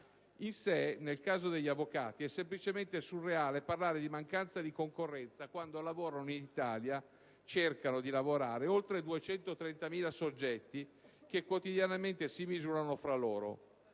In sé, nel caso degli avvocati, è semplicemente surreale parlare di mancanza di concorrenza quando lavorano in Italia (o cercano di lavorare) oltre 230.000 soggetti che quotidianamente si misurano fra loro: